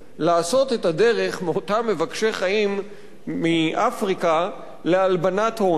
לעשות את הדרך מאותם מבקשי חיים מאפריקה להלבנת הון?